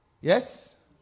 Yes